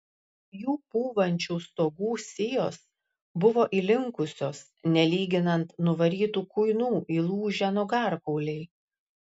jų pūvančių stogų sijos buvo įlinkusios nelyginant nuvarytų kuinų įlūžę nugarkauliai